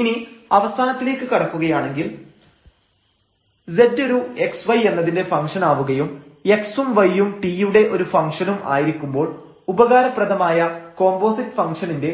ഇനി അവസാനത്തിലേക്ക് കടക്കുകയാണെങ്കിൽ z ഒരു xy എന്നതിന്റെ ഫംഗ്ഷൻ ആവുകയും x ഉം yഉം t യുടെ ഒരു ഫംഗ്ഷനും ആയിരിക്കുമ്പോൾ ഉപകാരപ്രദമായ കോമ്പോസിറ്റ് ഫംഗ്ഷനിന്റെ